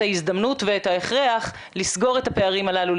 ההזדמנות ואת ההכרח לסגור את הפערים הללו,